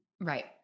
right